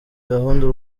gahunda